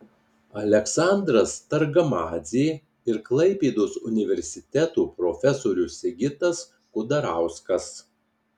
aleksandras targamadzė ir klaipėdos universiteto profesorius sigitas kudarauskas